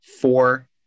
four